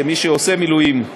כמי שעושה מילואים.